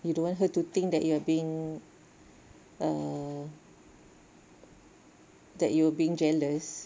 you don't want her to think that you're being err that you're being jealous